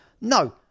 no